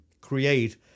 create